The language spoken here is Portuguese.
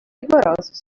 rigorosos